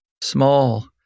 small